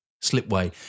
slipway